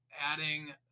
adding